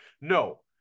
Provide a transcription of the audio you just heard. No